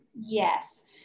Yes